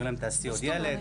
אומרים להן, תעשי עוד ילד.